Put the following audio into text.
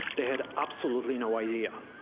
they had absolutely no idea.